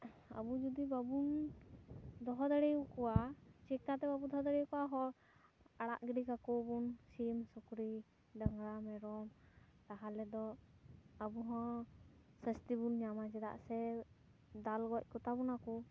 ᱟᱵᱚ ᱡᱩᱫᱤ ᱵᱟᱵᱚᱱ ᱫᱚᱦᱚ ᱫᱟᱲᱮᱭ ᱟᱠᱚᱣᱟ ᱪᱮᱠᱟ ᱛᱮ ᱵᱟᱵᱚᱱ ᱫᱚᱦᱚ ᱫᱟᱲᱮᱭᱟᱠᱚᱣᱟ ᱦᱚᱸ ᱟᱲᱟᱜ ᱜᱤᱰᱤ ᱠᱟᱠᱚᱣᱟᱵᱚᱱ ᱥᱤᱢ ᱥᱩᱠᱨᱤ ᱰᱟᱝᱨᱟ ᱢᱮᱨᱚᱢ ᱛᱟᱦᱚᱞᱮ ᱫᱚ ᱟᱵᱚ ᱦᱚᱸ ᱥᱟᱹᱥᱛᱤ ᱵᱚᱱ ᱧᱟᱢᱟ ᱪᱮᱫᱟᱜ ᱥᱮ ᱫᱟᱞ ᱜᱚᱡ ᱠᱚᱛᱟ ᱵᱚᱱᱟ ᱠᱚ